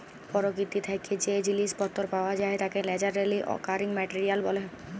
পরকিতি থ্যাকে যে জিলিস পত্তর পাওয়া যায় তাকে ন্যাচারালি অকারিং মেটেরিয়াল ব্যলে